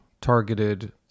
targeted